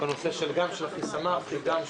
הכסף הוא בהוצאה מותנית בהכנסה שמגיעה